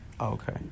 Okay